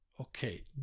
okay